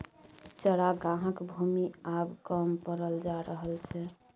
चरागाहक भूमि आब कम पड़ल जा रहल छै